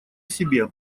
себе